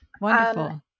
Wonderful